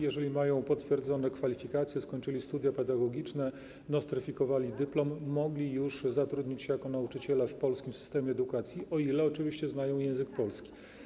Jeżeli mają potwierdzone kwalifikacje, skończyli studia pedagogiczne, nostryfikowali dyplom, już mogli zatrudnić się jako nauczyciele w polskim systemie edukacji, o ile oczywiście znają język polski.